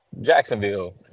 Jacksonville